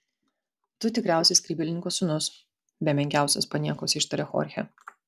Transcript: tu tikriausiai skrybėlininko sūnus be menkiausios paniekos ištarė chorchė